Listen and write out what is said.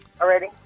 already